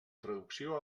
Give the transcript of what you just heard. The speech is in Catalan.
traducció